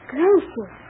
Gracious